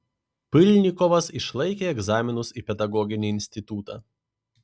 pylnikovas išlaikė egzaminus į pedagoginį institutą